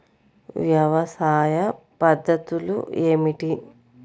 వ్యవసాయ పద్ధతులు ఏమిటి?